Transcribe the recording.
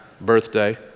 birthday